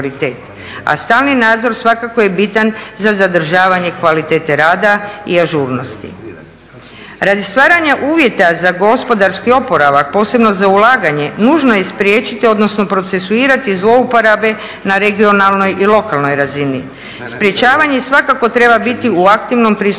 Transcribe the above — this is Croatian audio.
a stalni nadzor svakako je bitan za zadržavanje kvalitete rada i ažurnosti. Radi stvaranja uvjeta za gospodarski oporavak, posebno za ulaganje nužno je spriječiti, odnosno procesuirati zlouporabe na regionalnoj i lokalnoj razini. Sprječavanje svakako treba biti u aktivnom pristupu